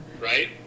right